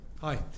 Hi